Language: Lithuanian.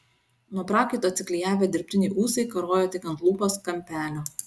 nuo prakaito atsiklijavę dirbtiniai ūsai karojo tik ant lūpos kampelio